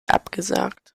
abgesagt